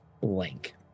blank